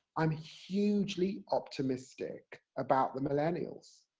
i'm hugely optimistic, about the millennials.